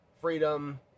freedom